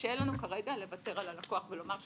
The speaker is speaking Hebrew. קשה לנו כרגע לוותר על הלקוח ולומר,